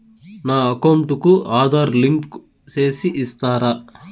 నా అకౌంట్ కు ఆధార్ లింకు సేసి ఇస్తారా?